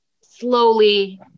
slowly